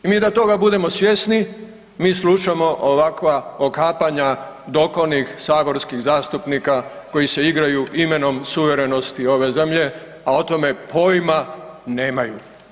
I mi da toga budem svjesni mi slušamo ovakva okapanja dokonih saborskih zastupnika koji se igraju imenom suverenosti ove zemlje, a o tome pojma nemaju.